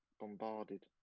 bombarded